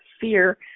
fear